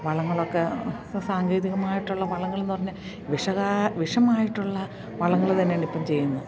വളങ്ങളൊക്കെ സാങ്കേതികമായിട്ടുള്ള വളങ്ങൾ എന്ന് പറഞ്ഞാൽ വിഷകാ വിഷമായിട്ടുള്ള വളങ്ങള് തന്നെയാണിപ്പം ചെയ്യുന്നത്